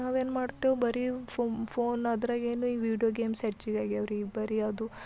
ನಾವು ಏನು ಮಾಡ್ತೇವೆ ಬರೀ ಫೋನ್ ಅದ್ರಾಗ ಏನು ಈ ವೀಡಿಯೊ ಗೇಮ್ಸ್ ಹಚ್ಚಿ ಈಗ ಅವ್ರಿಗೆ ಬರೀ ಅದು